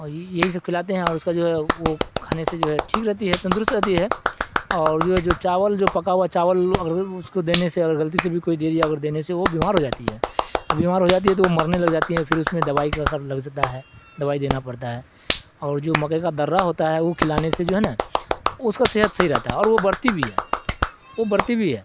اور یہی سب کھلاتے ہیں اور اس کا جو ہے وہ کھانے سے جو ہے ٹھیک رہتی ہے تندرست رہتی ہے اور جو ہے جو چاول جو پکا ہوا چاول اگر اس کو دینے سے اگر غلطی سے بھی کوئی دےری ہے اگر دینے سے وہ بیمار ہو جاتی ہے اب بیمار ہو جاتی ہے تو وہ مرنے لگ جاتی ہے پھر اس میں دوائی کا لگ جتا ہے دوائی دینا پڑتا ہے اور جو مکے کا درہ ہوتا ہے وہ کھلانے سے جو ہے نا اس کا صحت صیح رہتا ہے اور وہ بڑھتی بھی ہے وہ بڑھتی بھی ہے